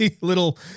little